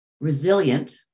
resilient